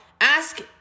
Ask